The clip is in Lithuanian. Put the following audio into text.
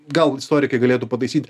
gal istorikai galėtų pataisyt